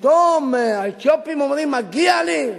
פתאום האתיופים אומרים: מגיע לי.